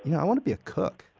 you know i want to be a cook?